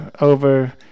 over